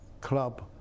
club